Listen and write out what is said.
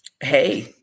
hey